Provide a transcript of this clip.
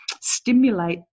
stimulate